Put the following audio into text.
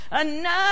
enough